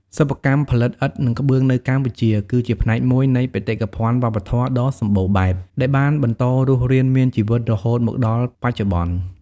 សិប្បកម្មផលិតឥដ្ឋ និងក្បឿងនៅកម្ពុជា គឺជាផ្នែកមួយនៃបេតិកភណ្ឌវប្បធម៌ដ៏សម្បូរបែប ដែលបានបន្តរស់រានមានជីវិតរហូតមកដល់បច្ចុប្បន្ន។